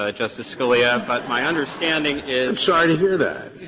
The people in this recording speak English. ah justice scalia. but my understanding is to hear that.